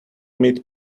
met